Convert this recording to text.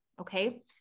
Okay